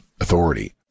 authority